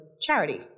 charity